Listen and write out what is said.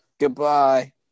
Goodbye